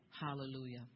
Hallelujah